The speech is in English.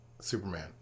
Superman